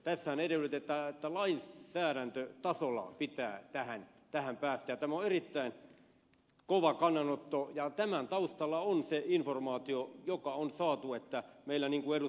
tässähän edellytetään että lainsäädäntötasolla pitää tähän päästä ja tämä on erittäin kova kannanotto ja tämän taustalla on se informaatio joka on saatu että meillä niin kuin ed